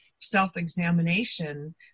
self-examination